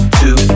two